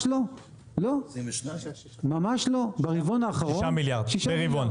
6 מיליארד ברבעון.